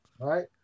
right